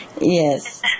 Yes